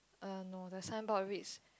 err no the signboard reads